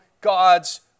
God's